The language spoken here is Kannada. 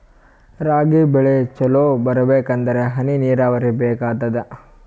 ರಾಗಿ ಬೆಳಿ ಚಲೋ ಬರಬೇಕಂದರ ಹನಿ ನೀರಾವರಿ ಬೇಕಾಗತದ?